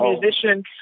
musician